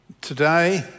Today